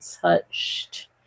touched